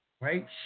right